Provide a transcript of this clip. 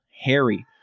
Harry